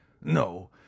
No